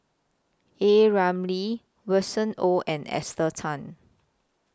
A Ramli Winston Oh and Esther Tan